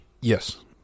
Yes